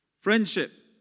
Friendship